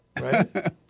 Right